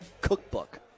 Cookbook